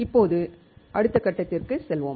இப்போது அடுத்த கட்டத்திற்கு செல்வோம்